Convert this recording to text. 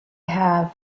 have